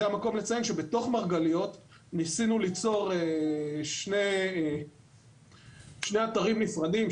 זה המקום לציין שבתוך מרגליות ניסינו ליצור שני אתרים נפרדים,